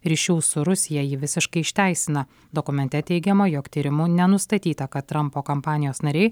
ryšių su rusija jį visiškai išteisina dokumente teigiama jog tyrimu nenustatyta kad trampo kampanijos nariai